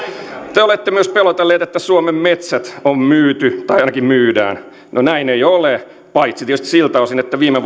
te olette myös pelotelleet että suomen metsät on myyty tai ainakin myydään no näin ei ole paitsi tietysti siltä osin että viime